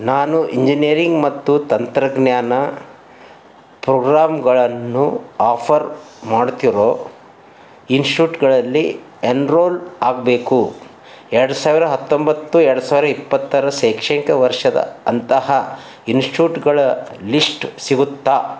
ನಾನು ಇಂಜಿನಿಯರಿಂಗ್ ಮತ್ತು ತಂತ್ರಜ್ಞಾನ ಪ್ರೋಗ್ರಾಮ್ಗಳನ್ನು ಆಫರ್ ಮಾಡ್ತಿರೋ ಇನ್ಸ್ಟಿಟ್ಯೂಗಳಲ್ಲಿ ಎನ್ರೋಲ್ ಆಗಬೇಕು ಎರ್ಡು ಸಾವಿರ ಹತ್ತೊಂಬತ್ತು ಎರ್ಡು ಸಾವಿರ ಇಪ್ಪತ್ತರ ಶೈಕ್ಷಣಿಕ ವರ್ಷದ ಅಂತಹ ಇನ್ಸ್ಟಿಟ್ಯೂಟ್ಗಳ ಲಿಸ್ಟ್ ಸಿಗುತ್ತಾ